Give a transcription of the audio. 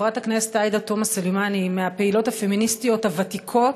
חברת הכנסת עאידה תומא סלימאן היא מהפעילות הפמיניסטיות הוותיקות,